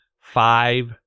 Five